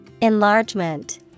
Enlargement